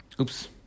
Oops